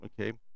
Okay